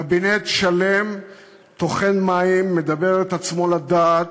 קבינט שלם טוחן מים, מדבר את עצמו לדעת,